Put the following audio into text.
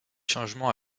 changement